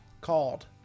called